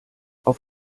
auf